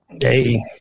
Hey